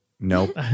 Nope